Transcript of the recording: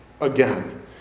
again